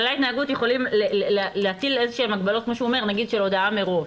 כללי ההתנהגות יכולים להטיל איזשהן הגבלות נניח של הודעה מראש.